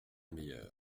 meilleure